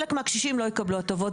חלק לא יקבלו הטבות.